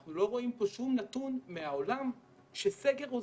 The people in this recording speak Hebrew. אנחנו לא רואים פה שום נתון מהעולם שסגר עוזר.